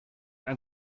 ein